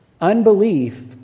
unbelief